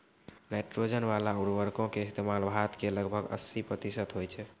nitrogen बाला उर्वरको के इस्तेमाल भारत मे लगभग अस्सी प्रतिशत होय छै